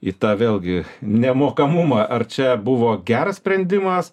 į tą vėlgi nemokamumą ar čia buvo geras sprendimas